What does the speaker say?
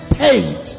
paid